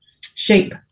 shape